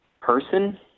person